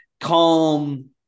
calm